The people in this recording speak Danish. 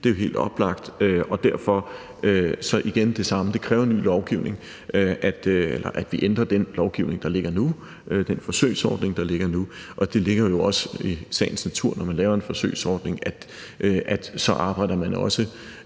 Det er jo helt oplagt, og derfor er det igen det samme: Det kræver, at vi ændrer den lovgivning, der ligger nu, den forsøgsordning, der ligger nu. Og det ligger jo også i sagens natur, at når man laver en forsøgsordning, så arbejder man også